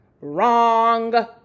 Wrong